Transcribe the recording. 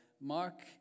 Mark